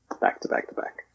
back-to-back-to-back